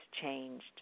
changed